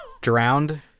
Drowned